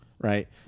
Right